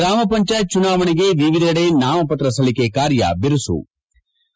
ಗ್ರಾಮ ಪಂಚಾಯತ್ ಚುನಾವಣೆಗೆ ವಿವಿಧೆಡೆ ನಾಮಪತ್ರ ಸಲ್ಲಿಕೆ ಕಾರ್ಯ ಬಿರುಸು ಳ